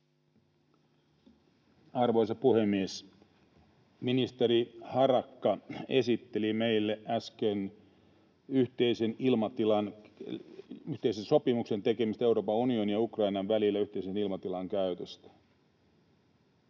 Arvoisa puhemies! Ministeri Harakka esitteli meille äsken yhteisen sopimuksen tekemistä Euroopan unionin ja Ukrainan välillä yhteisen ilmatilan käytöstä.